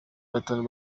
batanu